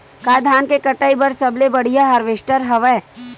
का धान के कटाई बर सबले बढ़िया हारवेस्टर हवय?